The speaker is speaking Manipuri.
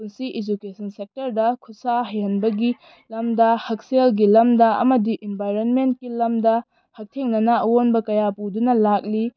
ꯄꯨꯟꯁꯤ ꯏꯖꯨꯀꯦꯁꯟ ꯁꯦꯛꯇꯔꯗ ꯈꯨꯠꯁꯥ ꯍꯩꯍꯟꯕꯒꯤ ꯂꯝꯗ ꯍꯛꯁꯦꯜꯒꯤ ꯂꯝꯗ ꯑꯃꯗꯤ ꯑꯦꯟꯚꯥꯏꯔꯟꯃꯦꯟꯒꯤ ꯂꯝꯗ ꯍꯛꯊꯦꯡꯅꯅ ꯑꯑꯣꯟꯕ ꯀꯌꯥ ꯄꯨꯗꯨꯅ ꯂꯥꯛꯂꯤ